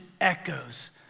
echoes